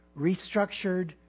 restructured